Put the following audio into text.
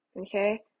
Okay